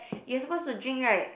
you're suppose to drink right